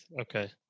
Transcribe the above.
Okay